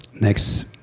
Next